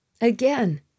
again